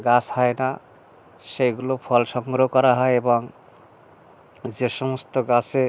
গাছ হয় না সেইগুলো ফল সংগ্রহ করা হয় এবং যে সমস্ত গাছে